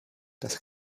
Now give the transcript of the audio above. das